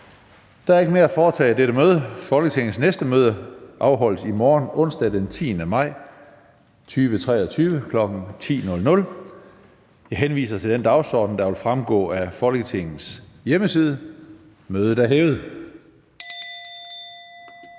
Der er ikke mere at foretage i dette møde. Folketingets næste møde afholdes i morgen, onsdag den 10. maj 2023, kl. 10.00. Jeg henviser til den dagsorden, der vil fremgå af Folketingets hjemmeside. Mødet er hævet.